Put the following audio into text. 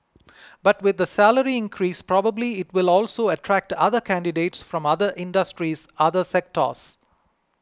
but with the salary increase probably it will also attract other candidates from other industries other sectors